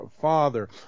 father